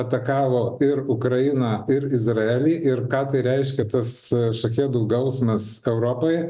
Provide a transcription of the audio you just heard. atakavo ir ukrainą ir izraelį ir ką tai reiškia tas šachedų gausmas europai